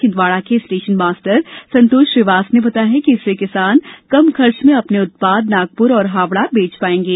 छिंदवाड़ा के station master संतोष श्रीवास ने बताया कि इससे किसान कम खर्च में अपने उत्पाद नागपुर और हावड़ा भेज पायेगें